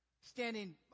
standing